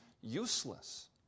useless